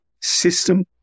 system